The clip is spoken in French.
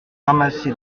ramassé